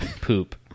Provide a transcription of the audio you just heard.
Poop